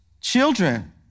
children